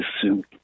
suit